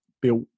built